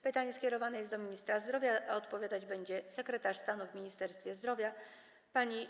Pytanie skierowane jest do ministra zdrowia, a odpowiadać będzie sekretarz stanu w Ministerstwie Zdrowia pani